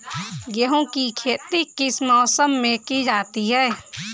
गेहूँ की खेती किस मौसम में की जाती है?